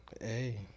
Hey